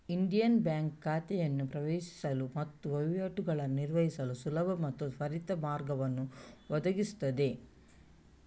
Indian bank ಖಾತೆಯನ್ನು ಪ್ರವೇಶಿಸಲು ಮತ್ತು ವಹಿವಾಟುಗಳನ್ನು ನಿರ್ವಹಿಸಲು ಸುಲಭ ಮತ್ತು ತ್ವರಿತ ಮಾರ್ಗವನ್ನು ಒದಗಿಸುತ್ತದೆ